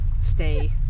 stay